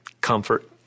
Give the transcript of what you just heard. Comfort